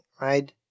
right